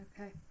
Okay